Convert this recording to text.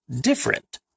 different